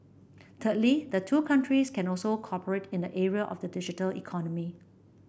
thirdly the two countries can also cooperate in the area of the digital economy